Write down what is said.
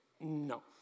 No